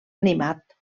animat